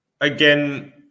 again